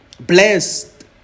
Blessed